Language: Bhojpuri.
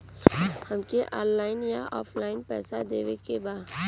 हमके ऑनलाइन या ऑफलाइन पैसा देवे के बा?